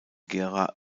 gera